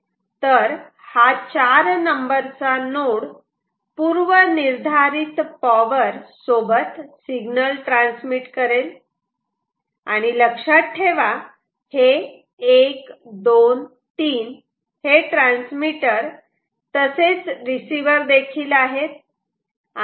तर हा 4 नंबरचा नोड पूर्वनिर्धारित पावर सोबत सिग्नल ट्रान्समिट करेल आणि लक्षात ठेवा हे1 2 3 हे ट्रान्समीटर तसेच रिसीवर देखील आहेत